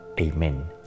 Amen